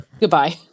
Goodbye